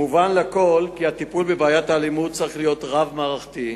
מובן לכול כי הטיפול בבעיית האלימות צריך להיות רב-מערכתי,